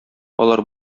алар